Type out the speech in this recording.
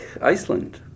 Iceland